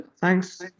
thanks